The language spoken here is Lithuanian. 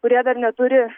kurie dar neturi